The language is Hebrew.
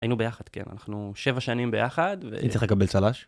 היינו ביחד, כן אנחנו שבע שנים ביחד ו... אני צריך לקבל צל"ש.